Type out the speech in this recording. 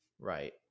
right